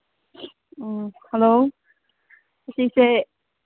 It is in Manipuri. ꯑꯥ ꯍꯂꯣ ꯑꯁꯤꯁꯦ